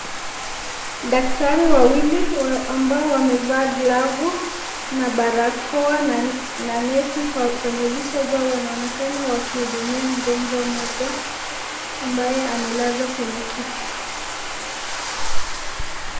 Daktari wawili ambao wamevaa glavu na barakoa na neti kwenye vichwa zao wanaonekana wakimhudumia mgonjwa mmoja ambaye amelazwa kwenye kiti.